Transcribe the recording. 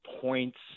points